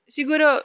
Siguro